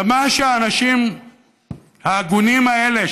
ומה שהאנשים ההגונים האלה,